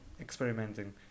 experimenting